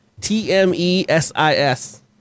t-m-e-s-i-s